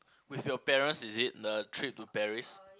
with your parents is it the trip to Paris